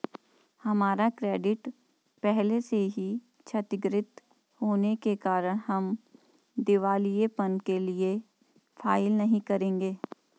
हमारा क्रेडिट पहले से ही क्षतिगृत होने के कारण हम दिवालियेपन के लिए फाइल नहीं करेंगे